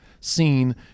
seen